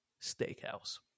steakhouse